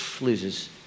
loses